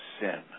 sin